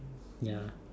ya